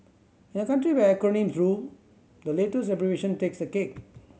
in a country where acronyms rule the latest abbreviation takes the cake